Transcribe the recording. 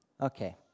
Okay